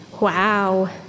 Wow